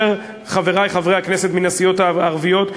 חברי חברי הכנסת מן הסיעות הערביות,